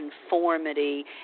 conformity